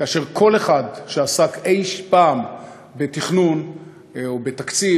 כאשר כל אחד שעסק אי-פעם בתכנון או בתקציב